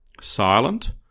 silent